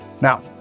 Now